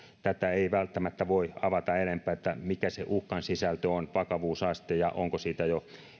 ei välttämättä voi avata enempää sitä mikä uhkan sisältö ja vakavuusaste on ja onko siitä jo